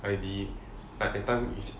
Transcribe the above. heidi like that time